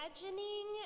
Imagining